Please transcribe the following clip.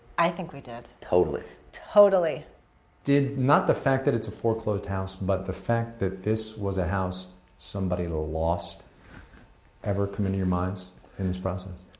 i think we did totally totally did, not the fact that it's a foreclosed house, but the fact that this was a house somebody lost ever come into your minds in this process?